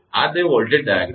આ તે voltage diagram છે